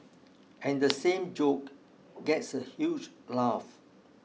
and the same joke gets a huge laugh